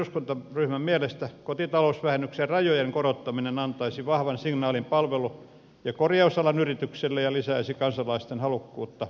kristillisdemokraattisen eduskuntaryhmän mielestä kotitalousvähennyksen rajojen korottaminen antaisi vahvan signaalin palvelu ja korjausalan yrityksille ja lisäisi kansalaisten halukkuutta ostaa palveluita